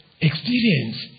experience